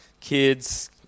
Kids